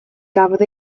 gafodd